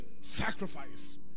sacrifice